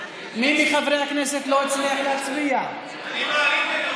חמישה חברי כנסת מתנגדים ואין נמנעים.